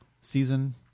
season